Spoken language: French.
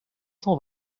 cent